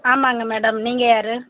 ஆமாங்க மேடம் நீங்கள் யார்